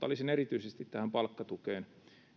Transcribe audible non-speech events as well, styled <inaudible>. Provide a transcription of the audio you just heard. <unintelligible> olisin erityisesti tähän palkkatukeen